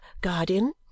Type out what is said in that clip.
guardian